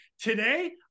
today